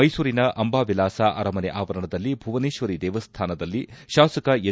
ಮೈಸೂರಿನ ಅಂಬಾವಿಲಾಸ ಅರಮನೆ ಆವರಣದಲ್ಲಿ ಭುವನೇಶ್ವರಿ ದೇವಸ್ಥಾನಲ್ಲಿ ಶಾಸಕ ಎಸ್